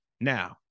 Now